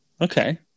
Okay